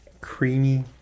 creamy